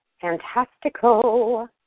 Fantastical